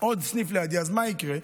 עוד סניף ליד, אז מה יקרה?